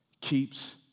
Keeps